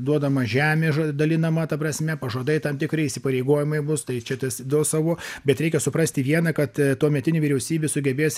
duodama žemė dalinama ta prasme pažadai tam tikri įsipareigojimai bus tai čia tas duos savo bet reikia suprasti vieną kad tuometinė vyriausybė sugebės